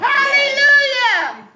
Hallelujah